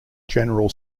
general